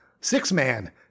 six-man